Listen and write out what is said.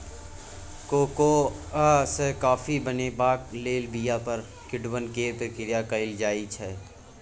cocoa सँ coffee बनेबाक लेल बीया पर किण्वन केर प्रक्रिया कएल जाइ छै